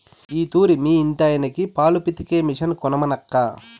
ఈ తూరి మీ ఇంటాయనకి పాలు పితికే మిషన్ కొనమనక్కా